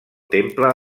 temple